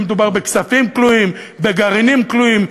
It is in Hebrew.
מדובר בכספים כלואים או בגרעינים קלויים,